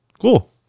cool